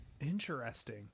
Interesting